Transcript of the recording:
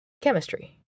chemistry